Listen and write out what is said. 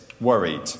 worried